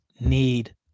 need